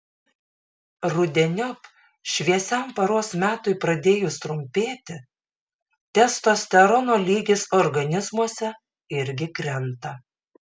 rudeniop šviesiam paros metui pradėjus trumpėti testosterono lygis organizmuose irgi krenta